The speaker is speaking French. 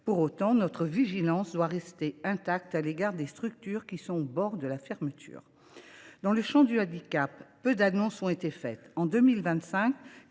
Pour autant, nous devons rester vigilants à l’égard des structures qui sont au bord de la fermeture. Dans le champ du handicap, peu d’annonces ont été faites. En 2025,